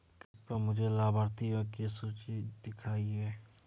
कृपया मुझे लाभार्थियों की सूची दिखाइए